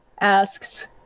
asks